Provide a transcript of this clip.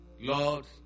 Lord